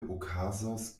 okazos